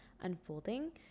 unfolding